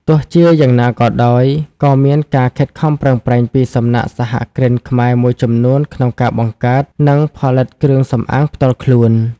ទោះជាយ៉ាងណាក៏ដោយ ក៏មានការខិតខំប្រឹងប្រែងពីសំណាក់សហគ្រិនខ្មែរមួយចំនួនក្នុងការបង្កើត និងផលិតគ្រឿងសម្អាងផ្ទាល់ខ្លួន។